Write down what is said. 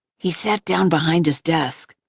he sat down behind his desk.